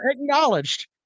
acknowledged